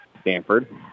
Stanford